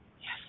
Yes